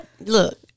Look